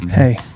Hey